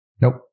Nope